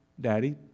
Daddy